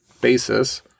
basis